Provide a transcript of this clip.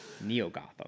Neo-Gotham